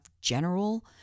general